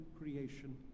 creation